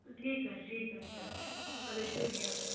ٹھیٖک حظ چھُ ٹھیٖک حظ چھُ اَدٕ حظ شُکریہ